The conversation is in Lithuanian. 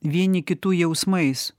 vieni kitų jausmais